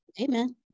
Amen